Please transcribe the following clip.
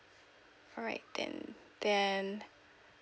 alright then then